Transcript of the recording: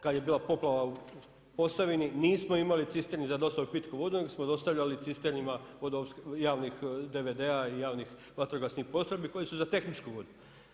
Kada je bila poplava u Posavini nismo imali cisterni za dostavu pitke vode, nego smo dostavljali cisternama javnih DVD-a i javnih vatrogasnih postrojbi koji su za tehničku vodu.